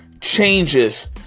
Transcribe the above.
changes